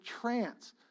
trance